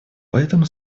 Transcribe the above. поэтому